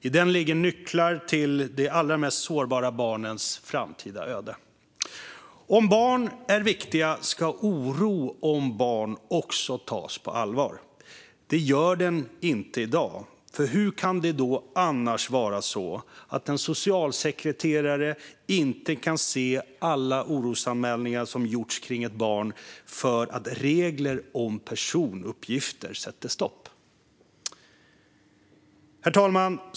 I den ligger nycklar till de allra mest sårbara barnens framtida öde. Om barn är viktiga ska oro om barn också tas på allvar. Det görs inte i dag. Hur kan det annars vara så att en socialsekreterare inte kan se alla orosanmälningar som gjorts kring ett barn för att regler om personuppgifter sätter stopp? Herr talman!